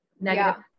Negative